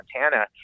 Montana